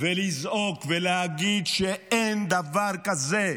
לזעוק ולהגיד שאין דבר כזה.